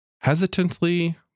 hesitantly